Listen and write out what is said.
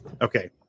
okay